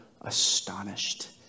astonished